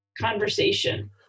conversation